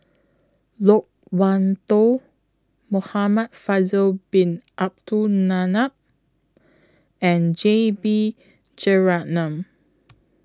Loke Wan Tho Muhamad Faisal Bin Abdul Manap and J B Jeyaretnam